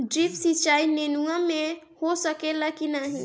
Drip सिंचाई नेनुआ में हो सकेला की नाही?